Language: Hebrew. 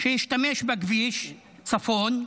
שהשתמש בכביש צפון,